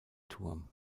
turm